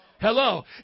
Hello